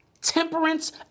temperance